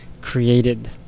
created